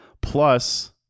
plus